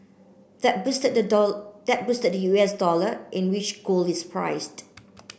that boosted the that boosted the U S dollar in which gold is priced